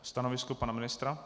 Stanovisko pana ministra?